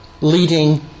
leading